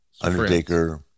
Undertaker